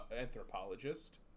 anthropologist